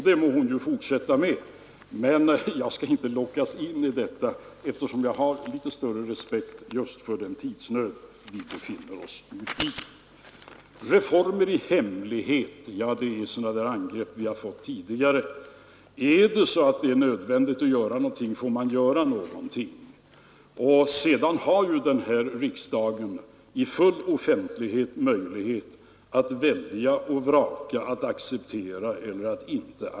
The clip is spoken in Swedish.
Det må hon ju fortsätta med, men jag skall inte lockas in i detta, eftersom jag har litet större respekt just för den tidsnöd vi nu befinner oss i. Talet om reformer i hemlighet är samma angrepp som tidigare har riktats mot oss. Om det är nödvändigt att vidta åtgärder, får man också göra det. Sedan har ju riksdagen möjlighet att i full offentlighet välja och vraka om den vill acceptera dem eller inte.